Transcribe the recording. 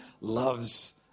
loves